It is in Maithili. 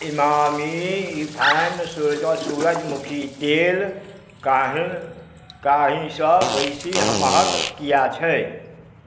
इमामी रिफाइण्ड सूरजमुखी तेल काही काल्हिसँ बेसी महग किएक छै